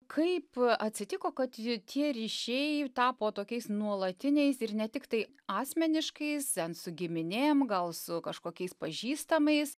kaip atsitiko kad jei tie ryšiai tapo tokiais nuolatiniais ir ne tiktai asmeniškais ten su giminėm gal su kažkokiais pažįstamais